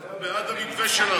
הוא היה בעד המתווה שלנו.